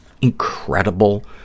incredible